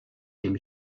dem